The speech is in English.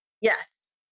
yes